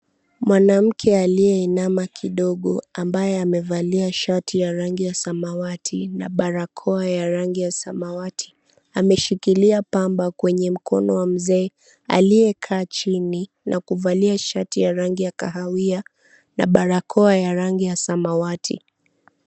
Mwanamke aliyeinama kidogo ambaye amevalia shati ya rangi ya samawati na barakoa ya rangi ya samawati ameshikilia pamba kwenye mkono wa mzee aliyekaa chini na kuvalia shati ya rangi ya kahawia na barakoa ya rangi ya samawati.